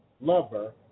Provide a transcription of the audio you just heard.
lover